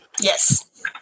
Yes